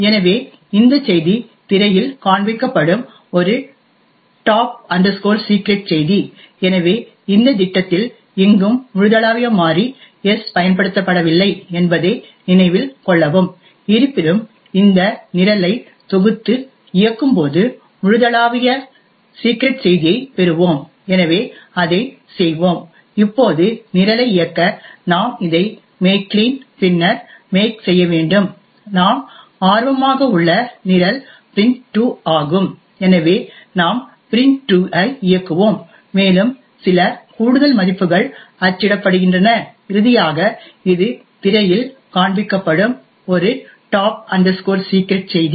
எனவே இந்த செய்தி திரையில் காண்பிக்கப்படும் ஒரு டாப் செக்ரெட் top secret செய்தி எனவே இந்த திட்டத்தில் எங்கும் முழுதளாவிய மாறி s பயன்படுத்தப்படவில்லை என்பதை நினைவில் கொள்ளவும் இருப்பினும் இந்த நிரலை தொகுத்து இயக்கும் போது முழுதளாவிய செக்ரெட் செய்தியைப் பெறுவோம் எனவே அதை செய்வோம் இப்போது நிரலை இயக்க நாம் இதை மேக் கிளீன் பின்னர் மேக் செய்ய வேண்டும் நாம் ஆர்வமாக உள்ள நிரல் print2 ஆகும் எனவே நாம் print2 ஐ இயக்குவோம் மேலும் சில கூடுதல் மதிப்புகள் அச்சிடப்படுகின்றன இறுதியாக இது திரையில் காண்பிக்கப்படும் ஒரு டாப் செக்ரெட்top secret செய்தி